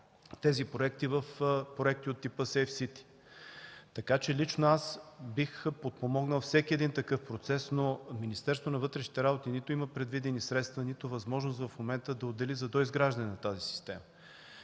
в проекти от типа CCD. Така че лично аз бих подпомогнал всеки един такъв процес, но Министерството на вътрешните работи нито има предвидени средства, нито възможност в момента да отдели за доизграждането на тази система.